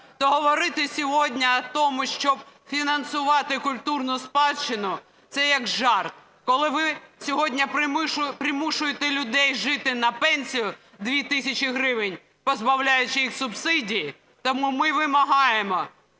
то говорити сьогодні про те, щоб фінансувати культурну спадщину, це як жарт, коли ви сьогодні примушуєте людей жити на пенсію 2 тисячі гривень, позбавляючи їх субсидій. Тому ми вимагаємо